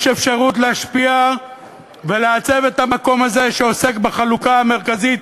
יש אפשרות להשפיע ולעצב את המקום הזה שעוסק בחלוקה המרכזית,